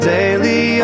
Daily